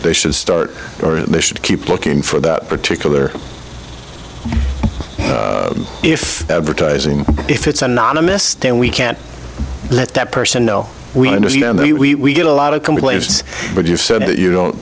they should start or should keep looking for that particular if brutalising if it's anonymous then we can't let that person know we we get a lot of complaints but you've said that you don't